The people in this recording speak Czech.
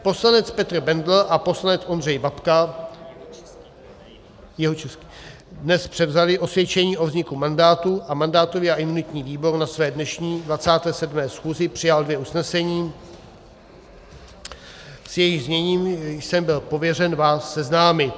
Poslanec Petr Bendl a poslanec Ondřej Babka dnes převzali osvědčení o vzniku mandátu a mandátový a imunitní výbor na své dnešní 27. schůzi přijal dvě usnesení, s jejichž zněním jsem byl pověřen vás seznámit.